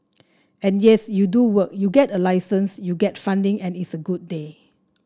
and yes you do work you get a license you get funding and it's a good day